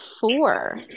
four